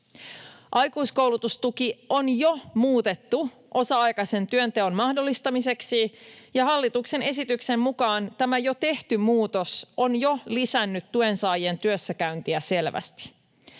Aikuiskoulutustuki on jo muutettu osa-aikaisen työnteon mahdollistamiseksi, ja hallituksen esityksen mukaan tämä jo tehty muutos on jo lisännyt tuensaajien työssäkäyntiä selvästi.